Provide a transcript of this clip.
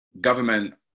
government